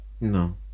No